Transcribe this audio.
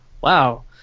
wow